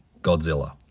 Godzilla